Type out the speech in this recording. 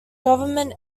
government